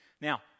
Now